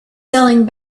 selling